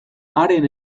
haren